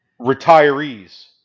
retirees